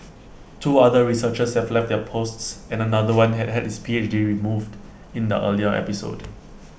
two other researchers have left their posts and another one had his P H D removed in the earlier episode